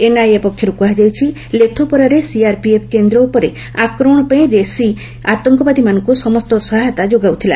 NIA ପକ୍ଷରୁ କୁହାଯାଇଛି ଲେଥପୋରାରେ ସିଆର୍ପିଏଫ୍ କେନ୍ଦ୍ର ଉପରେ ଆକ୍ରମଣ ପାଇଁ ରେସି ଆତଙ୍କବାଦୀମାନଙ୍କୁ ସମସ୍ତ ସହାୟତା ଯୋଗାଉଥିଲା